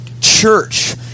church